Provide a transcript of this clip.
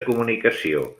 comunicació